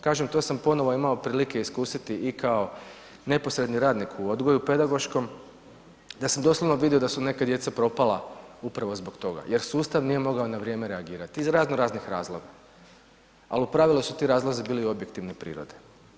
Kažem, to sam ponovno imao prilike iskusiti i kao neposredni radnik u odgoju pedagoškom, da sam doslovno vidio da su neka djeca propala upravo zbog toga jer sustav nije mogao na vrijeme reagirati iz razno raznih razloga ali u pravilu su ti razlozi bili objektivne prirode.